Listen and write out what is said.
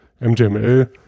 MJML